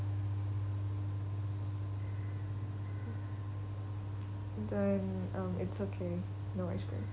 then um it's okay no ice cream